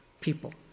people